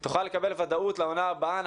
כדי שאתם כבעלים תוכלו לקבל ודאות לעונה הבאה,